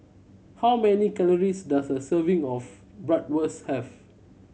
how many calories does a serving of Bratwurst have